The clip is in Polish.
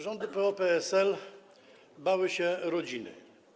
Rządy PO-PSL bały się rodziny.